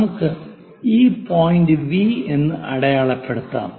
നമുക്ക് ഈ point V എന്ന് അടയാളപ്പെടുത്താം